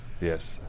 Yes